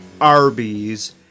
Arby's